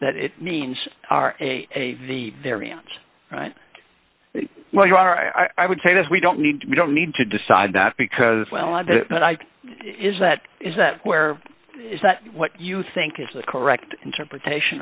that it means a the variance right well you are i i would say this we don't need we don't need to decide that because well i did but i is that is that where is that what you think is the correct interpretation